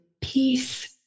Peace